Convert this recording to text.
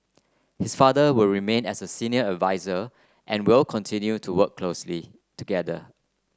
his father will remain as a senior adviser and will continue to work closely together